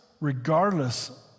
regardless